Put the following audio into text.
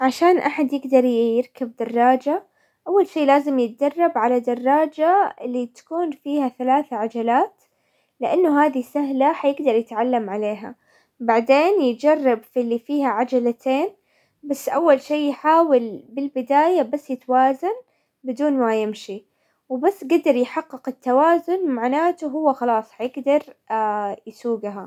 عشان احد يقدر يركب دراجة، اول شي لازم يتدرب على دراجة اللي تكون فيها ثلاثة عجلات، لانه هذي سهلة حيقدر يتعلم عليها، بعدين يجرب في اللي فيها عجلتين بس اول شي يحاول بالبداية بس يتوازن بدون ما يمشي، وبس قدر يحقق التوازن معناته هو خلاص حيقدر يسوقها.